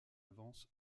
avance